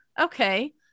okay